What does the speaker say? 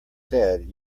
said